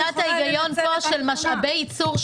--- אני מבינה את ההיגיון פה של משאבי ייצור,